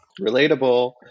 relatable